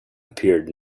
appeared